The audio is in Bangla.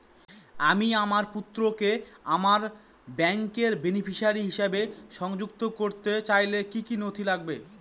আমি আমার পুত্রকে আমার ব্যাংকের বেনিফিসিয়ারি হিসেবে সংযুক্ত করতে চাইলে কি কী নথি লাগবে?